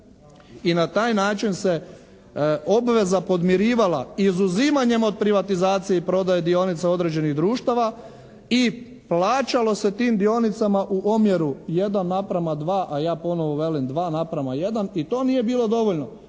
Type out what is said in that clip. i na taj način se obveza podmirivala izuzimanjem od privatizacije i prodaje dionica određenih društava i plaćalo se tim dionicama u omjeru 1 naprama 2, a ja ponovo velim 2 naprama 1 i to nije bilo dovoljno,